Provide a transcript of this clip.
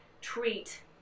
treat